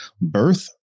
Birth